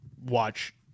watch